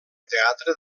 teatre